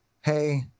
Hey